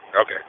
Okay